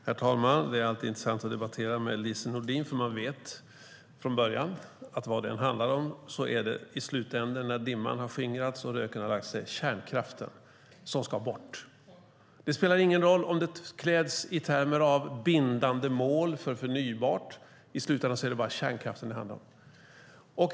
Herr talman! Det är alltid intressant att debattera med Lise Nordin, för man vet från början att vad det än handlar om så är det i slutändan, när dimman har skingrats och röken har lagt sig, kärnkraften som ska bort. Det spelar ingen roll om det kläds i termer av bindande mål för förnybart - i slutändan är det bara kärnkraften det handlar om.